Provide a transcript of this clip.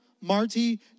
marty